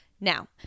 Now